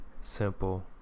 simple